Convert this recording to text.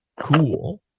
cool